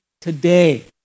today